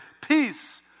peace